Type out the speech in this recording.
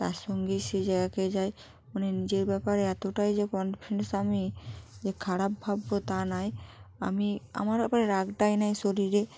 তার সঙ্গেই সেই জায়গায় যাই মানে নিজের ব্যাপারে এতটাই যে কনফিউস আমি যে খারাপ ভাবব তা নয় আমি আমার আবার রাগটাই নেই শরীরে